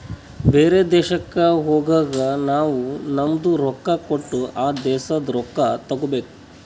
ಬೇರೆ ದೇಶಕ್ ಹೋಗಗ್ ನಾವ್ ನಮ್ದು ರೊಕ್ಕಾ ಕೊಟ್ಟು ಆ ದೇಶಾದು ರೊಕ್ಕಾ ತಗೋಬೇಕ್